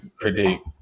predict